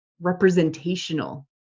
representational